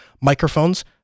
microphones